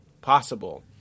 possible